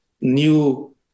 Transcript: new